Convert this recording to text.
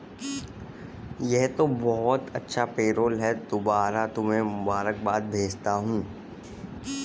यह तो बहुत अच्छा पेरोल है दोबारा तुम्हें मुबारकबाद भेजता हूं